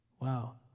Wow